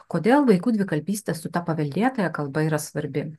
kodėl vaikų dvikalbystė su ta paveldėtąja kalba yra svarbi